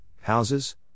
houses